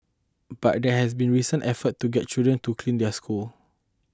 but there have been recent efforts to get children to clean their schools